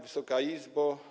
Wysoka Izbo!